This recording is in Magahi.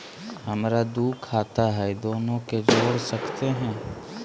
हमरा दू खाता हय, दोनो के जोड़ सकते है?